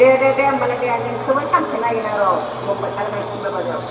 दे दे दे होमबालाय दे नोंखौबो सानसे नायगोन आं र' जमबाय थागोन आं सिमला बाजाराव